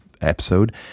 episode